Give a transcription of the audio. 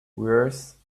worse